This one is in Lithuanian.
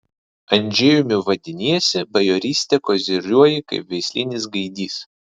andžejumi vadiniesi bajoryste koziriuoji kaip veislinis gaidys